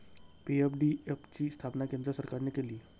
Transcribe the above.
PFDF ची स्थापना केंद्र सरकारने केली